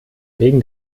wegen